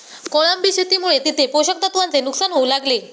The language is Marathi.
कोळंबी शेतीमुळे तिथे पोषक तत्वांचे नुकसान होऊ लागले